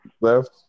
left